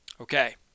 okay